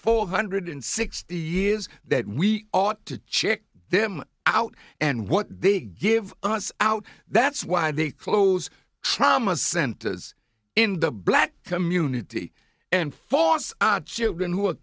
four hundred sixty years that we ought to check them out and what they give us out that's why they close trauma centers in the black community and force children who are